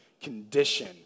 condition